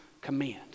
command